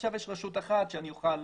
עכשיו יש רשות אחת שאני אוכל לעשות.